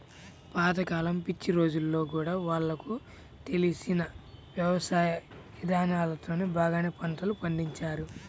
పాత కాలం పిచ్చి రోజుల్లో గూడా వాళ్లకు తెలిసిన యవసాయ ఇదానాలతోనే బాగానే పంటలు పండించారు